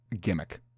gimmick